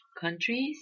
countries